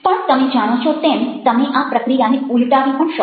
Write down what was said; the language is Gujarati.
પણ તમે જાણો છો તેમ તમે આ પ્રક્રિયાને ઉલટાવી પણ શકો